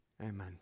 amen